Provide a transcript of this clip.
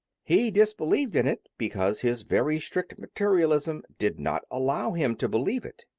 he disbelieved in it because his very strict materialism did not allow him to believe it.